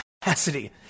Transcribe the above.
capacity